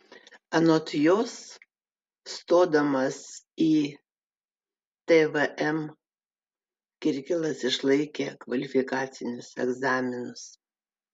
anot jos stodamas į tvm kirkilas išlaikė kvalifikacinius egzaminus